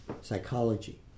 psychology